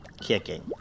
kicking